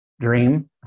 dream